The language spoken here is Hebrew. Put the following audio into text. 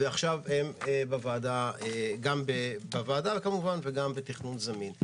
ועכשיו הם בוועדה וגם בתכנון זמין.